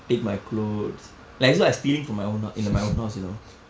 take my clothes like as though I stealing from my own in my own house you know